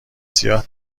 سیاه